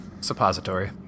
suppository